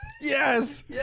Yes